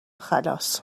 خلاص